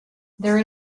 there